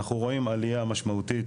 אנחנו רואים עלייה משמעותית,